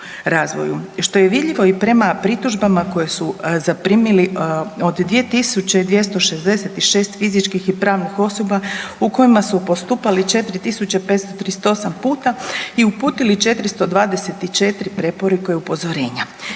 što je vidljivo i prema pritužbama koje su zaprimili od 2266 fizičkih i pravnih osoba u kojima su postupali 4538 puta i uputili 424 preporuka i upozorenja.